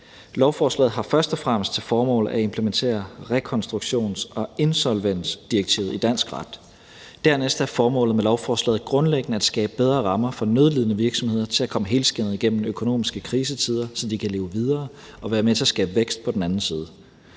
Lovforslaget har først og fremmest til formål at implementere rekonstruktions- og insolvensdirektivet i dansk ret. Dernæst er formålet med lovforslaget grundlæggende at skabe bedre rammer for nødlidende virksomheder til at komme helskindet gennem økonomiske krisetider, så de kan leve videre og være med til at skabe vækst på den anden side.